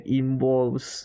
involves